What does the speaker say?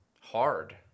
hard